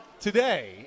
today